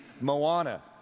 Moana